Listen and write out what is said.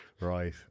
Right